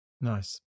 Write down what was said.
Nice